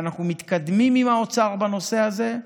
ואנחנו מתקדמים עם האוצר בנושא הזה.